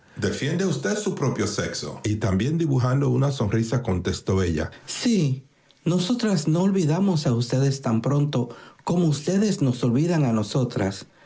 defiende usted su propio sexo y también dibujando una sonrisa contestó ella sí nosotras no olvidamos a ustedes tan pronto como ustedes nos olvidan a nosotras